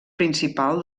principal